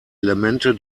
elemente